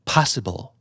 Possible